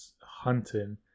hunting